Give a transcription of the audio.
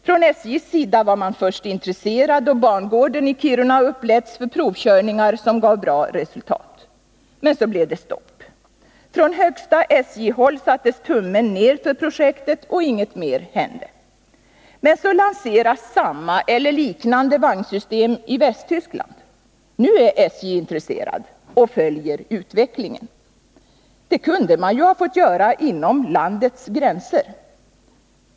Från SJ:s sida var man först intresserad, och bangården i Kiruna uppläts för provkörningar som gav bra resultat. Men så blev det stopp. Från högsta SJ-håll sattes tummen ned för projektet, och ingenting mer hände. Men så lanseras samma eller liknande vagnsystem i Västtyskland. Nu är SJ intresserat och följer utvecklingen. Det kunde man ju ha fått göra inom landets gränser.